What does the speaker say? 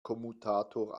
kommutator